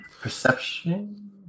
Perception